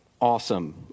Awesome